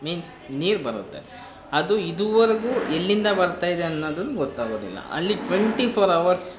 means ನೀರು ಬರುತ್ತೆ ಅದು ಇದುವರೆಗೂ ಎಲ್ಲಿಂದ ಬರ್ತಾ ಇದೆ ಅನ್ನೋದು ಗೊತ್ತಾಗೋದಿಲ್ಲ ಅಲ್ಲಿ ಟ್ವೆಂಟಿಫೋರ್ ಹವರ್ಸ್